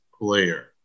player